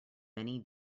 many